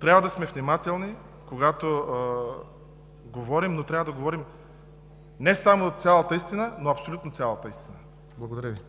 Трябва да сме внимателни, когато говорим. Трябва да говорим не само цялата истина, а абсолютно цялата истина. Благодаря Ви.